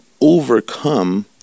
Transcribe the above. overcome